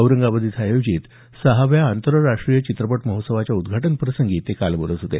औरंगाबाद इथं आयोजित सहाव्या आंतरराष्ट्रीय चित्रपट महोत्सवाचं उद्घाटन प्रसंगी ते बोलत होते